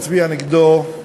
נצביע נגדו.